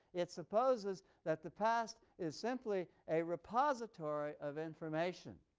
it supposes that the past is simply a repository of information,